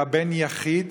היה בן יחיד,